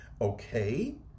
Okay